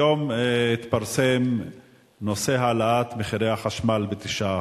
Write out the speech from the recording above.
היום התפרסם נושא העלאת מחירי החשמל ב-9%,